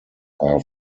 are